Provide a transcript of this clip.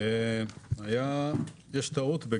יש טעות.